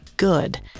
Good